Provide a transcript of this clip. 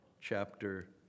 chapter